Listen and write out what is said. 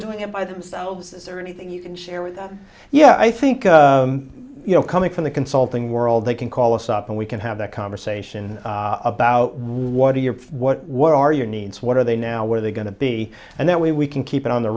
doing it by themselves is there anything you can share with yeah i think you know coming from the consulting world they can call us up and we can have that conversation about what are your what what are your needs what are they now where are they going to be and then we can keep it on the